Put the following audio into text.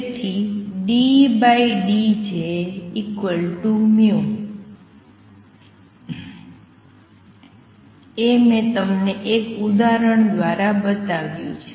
તેથી ∂E∂Jν એ મેં તમને એક ઉદાહરણ દ્વારા બતાવ્યું છે